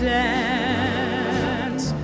dance